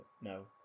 No